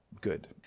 good